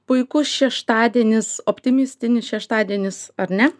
puikus šeštadienis optimistinis šeštadienis ar ne